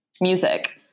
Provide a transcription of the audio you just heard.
music